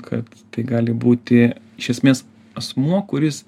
kad tai gali būti iš esmės asmuo kuris